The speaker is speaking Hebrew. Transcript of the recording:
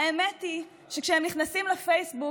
האמת היא שכשהם נכנסים לפייסבוק,